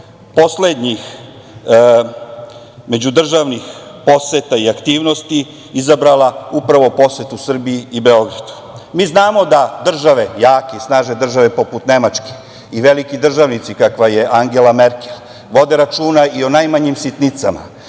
poslednjih međudržavnih poseta i aktivnosti izabrala upravo posetu Srbiji i Beogradu. Mi znamo da jake i snažne države poput Nemačke, i veliki državnici kakva je Angela Merkel, vode računa i o najmanjim sitnicama